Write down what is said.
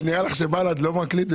ונראה לך שבל"ד לא מקליד?